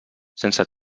sense